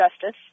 Justice